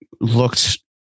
looked